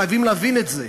חייבים להבין את זה.